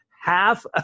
half